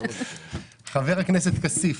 חבר הכנסת כסיף,